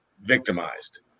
victimized